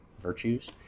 virtues